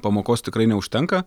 pamokos tikrai neužtenka